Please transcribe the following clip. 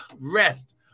rest